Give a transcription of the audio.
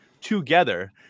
together